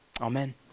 Amen